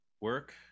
Work